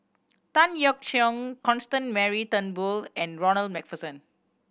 Tan Yeok Seong Constance Mary Turnbull and Ronald Macpherson